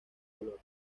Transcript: color